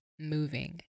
moving